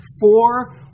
four